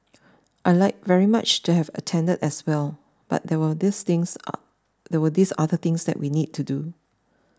I'd like very much to have attended as well but there were these things are there were these other things that we need to do